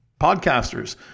podcasters